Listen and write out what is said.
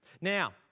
Now